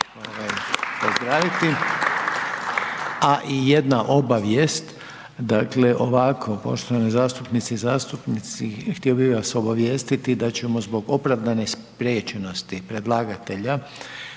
…/Pljesak./… A i jedna obavijest, dakle, ovako poštovane zastupnice i zastupnici htio bi vas obavijestiti da ćemo zbog opravdane spriječenosti predlagatelja,